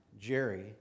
Jerry